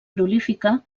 prolífica